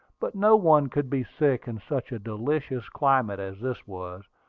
but no one could be sick in such a delicious climate as this was,